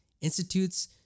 institutes